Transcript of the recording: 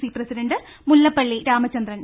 C president Mullappally Ramachandran